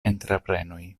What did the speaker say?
entreprenoj